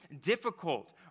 difficult